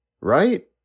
right